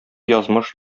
язмыш